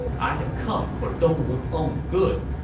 i have come for dongwu's own good.